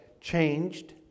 changed